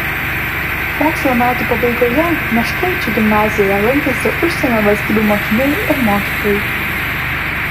mokslo metų pabaigoje meškuičių gimnazijoje lankėsi užsienio valstybių mokiniai ir mokytojai